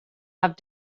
have